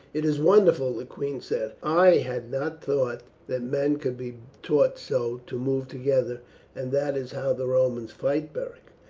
it is wonderful, the queen said. i had not thought that men could be taught so to move together and that is how the romans fight, beric?